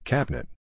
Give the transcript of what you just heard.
Cabinet